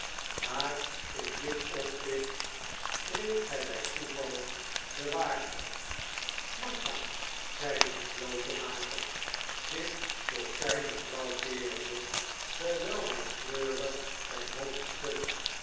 maar in dit opzicht spreekt gij bij toeval de waarheid martha zeide de slotenmaker zich tot zijne vrouw keerende terwijl hij treurig zijn hoofd schudde